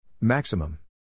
Maximum